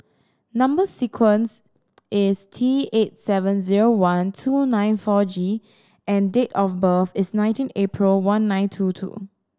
number sequence is T eight seven zero one two nine four G and date of birth is nineteen April one nine two two